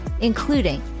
including